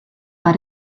bei